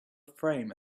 frame